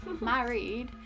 married